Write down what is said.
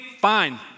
Fine